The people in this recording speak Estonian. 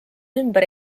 ümber